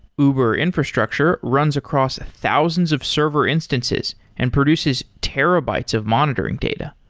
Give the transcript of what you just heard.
uber infrastructure runs across thousands of server instances and produces terabytes of monitoring data.